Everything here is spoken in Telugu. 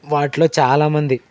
వాటిలో చాలా మంది